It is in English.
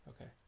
Okay